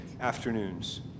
afternoons